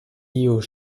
aux